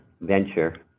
venture